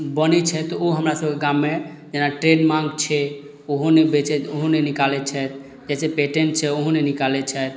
बनै छथि ओ हमरा सबके गाममे जेना ट्रेड माङ्क छै ओहो नहि बेचैत ओहो नहि निकालै छथि जैसे पेटेन्ट छै ओहो नहि निकालै छथि